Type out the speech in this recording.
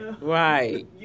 Right